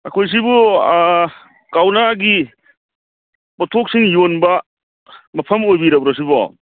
ꯑꯩꯈꯣꯏ ꯁꯤꯕꯨ ꯀꯧꯅꯥꯒꯤ ꯄꯣꯠꯊꯣꯛꯁꯤꯡ ꯌꯣꯟꯕ ꯃꯐꯝ ꯑꯣꯏꯕꯤꯔꯕ꯭ꯔꯣ ꯁꯤꯕꯣ